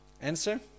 Answer